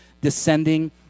descending